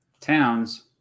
towns